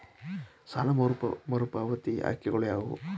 ಸಾಲ ಮರುಪಾವತಿ ಆಯ್ಕೆಗಳು ಯಾವುವು?